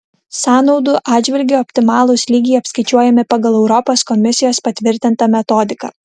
sąnaudų atžvilgiu optimalūs lygiai apskaičiuojami pagal europos komisijos patvirtintą metodiką